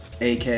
AK